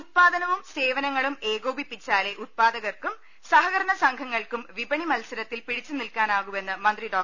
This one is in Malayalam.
ഉത്പാദനവും സേവനങ്ങളും ഏകോപിപ്പിച്ചാലെ ഉത്പാദ കർക്കും സഹകരണ സംഘങ്ങൾക്കും വിപണി മത്സരത്തിൽ പിടിച്ചു ്നിൽക്കാനുകൂവെന്ന് മന്ത്രി ഡോ